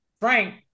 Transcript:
Frank